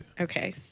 Okay